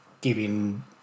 giving